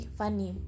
funny